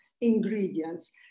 ingredients